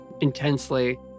intensely